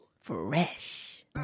Fresh